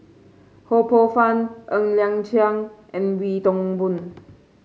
Ho Poh Fun Ng Liang Chiang and Wee Toon Boon